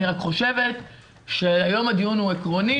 אני רק חושבת שהיום הדיון הוא עקרוני